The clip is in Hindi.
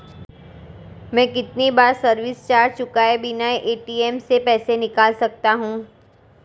मैं कितनी बार सर्विस चार्ज चुकाए बिना ए.टी.एम से पैसे निकाल सकता हूं?